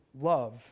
love